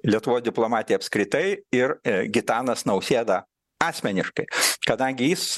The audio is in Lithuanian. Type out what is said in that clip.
lietuvos diplomatija apskritai ir gitanas nausėda asmeniškai kadangi jis